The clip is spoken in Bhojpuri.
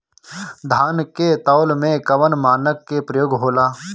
धान के तौल में कवन मानक के प्रयोग हो ला?